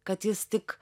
kad jis tik